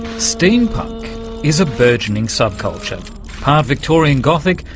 steampunk is a burgeoning subculture. part victorian gothic,